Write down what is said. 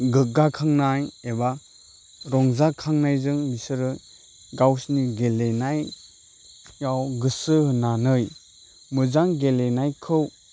गोग्गा खांनाय एबा रंजाखांनायजों बिसोरो गावसोरनि गेलेनायाव गोसो होनानै मोजां गेलेनायखौ